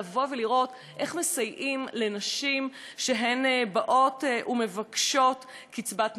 לראות איך מסייעים לנשים שמבקשות קצבת נכות.